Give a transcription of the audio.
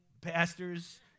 pastors